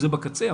זה בקצה,